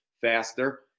faster